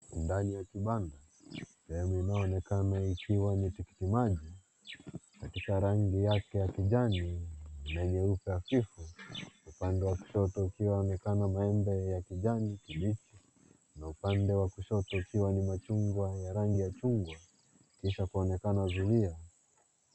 Ndano ya kibanda sehemu inayoonekana kuwa ni tikitimaji katika rangi yake ya kijani na nyeupe hafifu, upande wa kushoto ikionekana maembe ya kijani kibichi na upande wa kushoto ukiwa ni machungwa ya rangi ya chungwa kisha kwaonekana zuia.